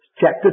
Chapter